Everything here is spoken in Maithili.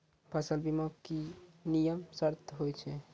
फसल बीमा के की नियम सर्त होय छै?